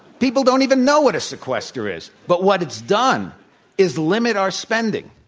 people don't even know what a sequester is. but what it's done is limit our spending.